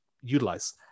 utilize